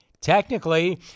technically